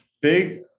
big